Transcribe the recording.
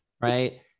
right